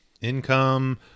income